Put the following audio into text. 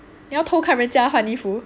你要偷看人家换衣服